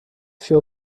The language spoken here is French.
fut